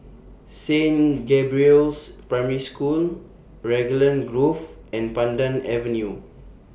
Saint Gabriel's Primary School Raglan Grove and Pandan Avenue